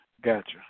Gotcha